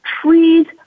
Trees